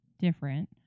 different